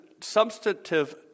substantive